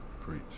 preach